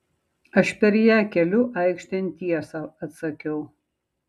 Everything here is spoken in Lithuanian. aš per ją keliu aikštėn tiesą atsakiau